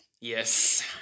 Yes